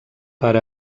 per